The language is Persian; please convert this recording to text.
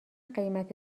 قیمت